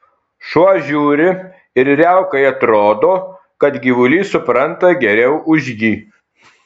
šuo žiūri ir riaukai atrodo kad gyvulys supranta geriau už jį